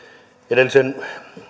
edellisen